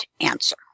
answer